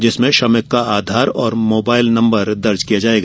जिसमें श्रमिक का आधार और मोबाइल नंबर दर्ज किया जायेगा